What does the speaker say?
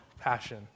passion